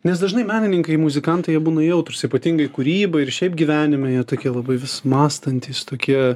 nes dažnai menininkai muzikantai jie būna jautrūs ypatingai kūryboj ir šiaip gyvenime jie tokie labai vis mąstantys tokie